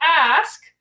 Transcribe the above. ask